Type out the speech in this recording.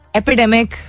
epidemic